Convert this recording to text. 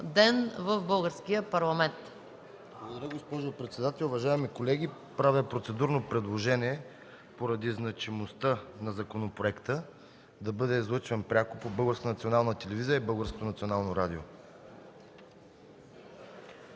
ли в Българския парламент.